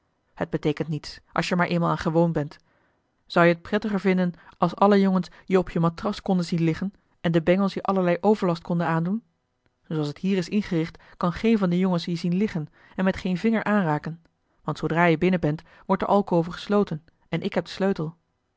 het beteekent niets als je er maar eenmaal aan gewoon bent zou je het prettiger vinden als alle jongens je op je matras konden zien liggen en de bengels je allerlei overlast konden aandoen zooals het hier is ingericht kan geen van de jongens je zien liggen en met geen vinger aanraken want zoodra je binnen bent wordt de alcove gesloten en ik heb den sleutel